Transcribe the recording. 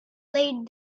laid